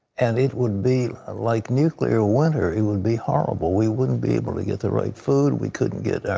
and it would be like nuclear winter. it would be horrible. we wouldn't be able to get the right food. we couldn't get